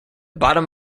bottom